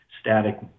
static